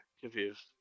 confused